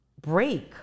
break